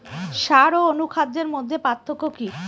সার ও অনুখাদ্যের মধ্যে পার্থক্য কি?